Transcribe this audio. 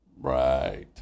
Right